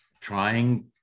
trying